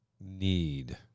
need